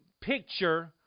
picture